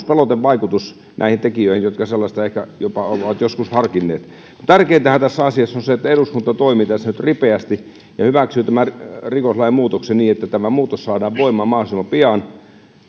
pelotevaikutus näihin tekijöihin jotka sellaista ehkä jopa ovat joskus harkinneet tärkeintähän tässä asiassa on se että eduskunta toimii nyt ripeästi ja hyväksyy tämän rikoslain muutoksen niin että tämä muutos saadaan voimaan mahdollisimman pian